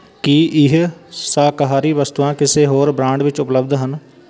ਕੀ ਇਹ ਸ਼ਾਕਾਹਾਰੀ ਵਸਤੂਆਂ ਕਿਸੇ ਹੋਰ ਬ੍ਰਾਂਡ ਵਿੱਚ ਉਪਲਬਧ ਹਨ